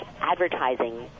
advertising